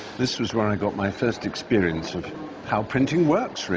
this is where i got my first experience of how printing works,